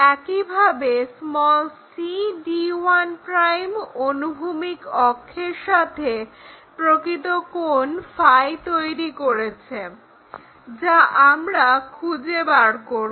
একইভাবে cd1' অনুভূমিক অক্ষের সাথে প্রকৃত কোণ তৈরি করেছে যা আমরা খুঁজে বার করব